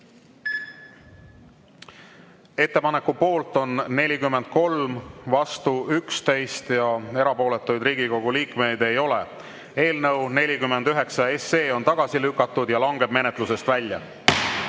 Ettepaneku poolt on 43, vastu 11, erapooletuid Riigikogu liikmeid ei ole. Eelnõu 49 on tagasi lükatud ja langeb menetlusest välja. Head